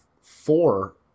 four